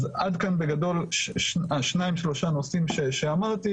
אז עד כאן בגדול שניים-שלושה נושאים שאמרתי,